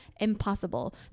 impossible